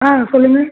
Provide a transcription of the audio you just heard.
ஆ சொல்லுங்கள்